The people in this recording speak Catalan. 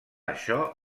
això